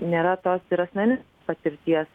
nėra tos ir asmeninės patirties